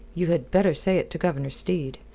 you had better say it to governor steed.